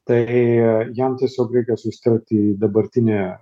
tai jam tiesiog reikia susitelkti į dabartinį